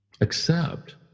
accept